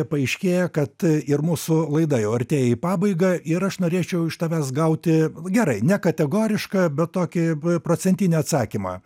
paaiškėja kad ir mūsų laida jau artėja į pabaigą ir aš norėčiau iš tavęs gauti gerai ne kategorišką bet tokį procentinį atsakymą